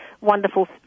wonderful